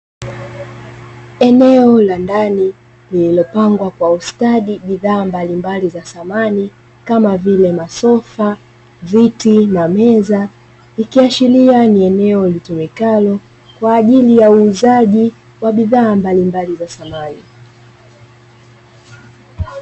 Eneo la ndani lililopangwa kwa usadi bidhaa mbalimbali za samani kama vile masofa, viti na meza. Ikiashiria ni eneo litumikalo kwa ajili ya uuzaji wa bidhaa mbalimbali za samani.